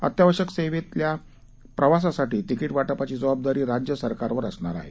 अत्यावश्यक सेवेतील प्रवासासाठी तिकिट वाटपाची जबाबदारी राज्य सरकारवर असणार आहे